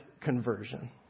conversion